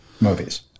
movies